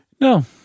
No